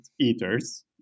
eaters